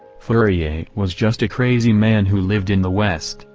fourier was just a crazy man who lived in the west,